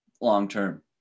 long-term